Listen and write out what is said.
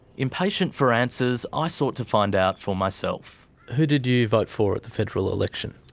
impatient for answers, i sought to find out for myself. who did you vote for at the federal election?